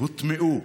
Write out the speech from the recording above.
הוטמעו